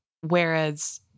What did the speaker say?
Whereas